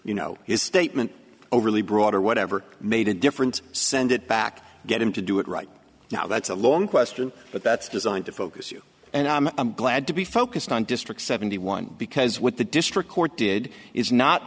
you know his statement overly broad or whatever made a difference send it back get him to do it right now that's a long question but that's designed to focus and i'm glad to be focused on district seventy one because what the district court did is not